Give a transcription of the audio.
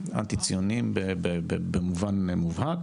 שהיא אנטי-ציונית במובן מובהק,